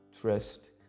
trust